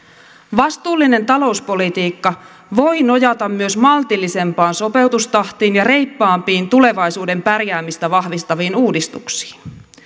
vastuullinen talouspolitiikka voi nojata myös maltillisempaan sopeutustahtiin ja reippaampiin tulevaisuuden pärjäämistä vahvistaviin uudistuksiin